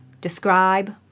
describe